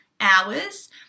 hours